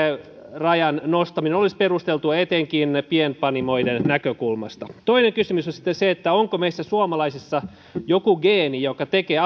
rajan nostaminen olisi perusteltua etenkin pienpanimoiden näkökulmasta toinen kysymys on sitten se onko meissä suomalaisissa jokin geeni joka tekee